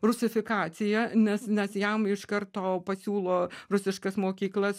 rusifikacija nes nes jam iš karto pasiūlo rusiškas mokyklas